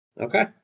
Okay